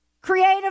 Creative